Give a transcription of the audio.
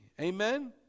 Amen